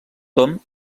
tom